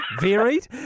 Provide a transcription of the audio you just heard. varied